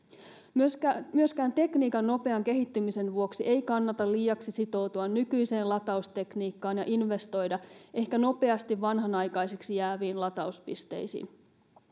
myöskään myöskään tekniikan nopean kehittymisen vuoksi ei kannata liiaksi sitoutua nykyiseen lataustekniikkaan ja investoida ehkä nopeasti vanhanaikaisiksi jääviin latauspisteisiin